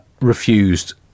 refused